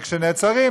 וכשנעצרים,